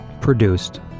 produced